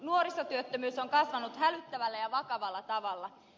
nuorisotyöttömyys on kasvanut hälyttävällä ja vakavalla tavalla